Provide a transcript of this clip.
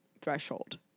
threshold